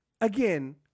Again